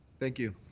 thank you.